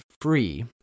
free